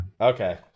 Okay